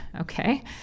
Okay